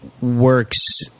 works